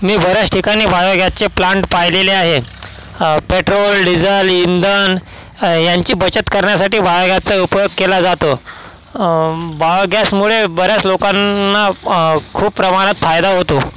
मी बऱ्याच ठिकाणी बायोगॅसचे प्लांट पाहिलेले आहे पेट्रोल डिझल इंधन यांची बचत करण्यासाठी बायोगॅसचा उपयोग केला जातो बायोगॅसमुळे बऱ्याच लोकांना खूप प्रमाणात फायदा होतो